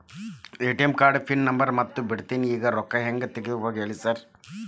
ATM ಕಾರ್ಡಿಂದು pin number ಮರ್ತ್ ಬಿಟ್ಟಿದೇನಿ ಈಗ ರೊಕ್ಕಾ ಹೆಂಗ್ ತೆಗೆಬೇಕು ಹೇಳ್ರಿ ಸಾರ್